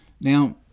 Now